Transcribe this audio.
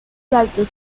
saltos